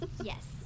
yes